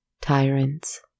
Tyrants